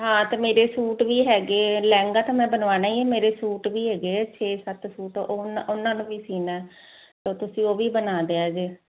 ਹਾਂ ਤੇ ਮੇਰੇ ਸੂਟ ਵੀ ਹੈਗੇ ਲਹਿੰਗਾ ਤਾਂ ਮੈਂ ਬਣਵਾਉਣਾ ਹੀ ਹ ਮੇਰੇ ਸੂਟ ਵੀ ਹੈਗੇ ਛੇ ਸੱਤ ਸੂਟ ਉਹਨਾਂ ਨੂੰ ਵੀ ਸੀਨਾ ਤਾਂ ਤੁਸੀਂ ਉਹ ਵੀ ਬਣਾ ਦਿਆ ਜੇ